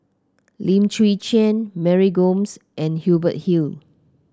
Lim Chwee Chian Mary Gomes and Hubert Hill